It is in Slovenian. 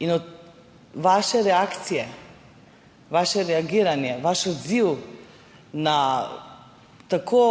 ne odreagirate? Vaše reagiranje, vaš odziv na tako